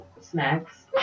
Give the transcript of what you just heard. snacks